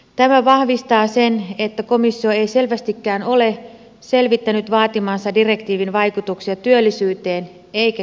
tämä vahvistaa sen että komissio ei selvästikään ole selvittänyt vaatimansa direktiivin vaikutuksia työllisyyteen eikä kilpailuasemaan